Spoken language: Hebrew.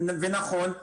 נכון,